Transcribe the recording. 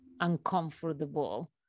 uncomfortable